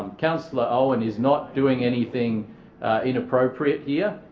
councillor owen is not doing anything inappropriate here.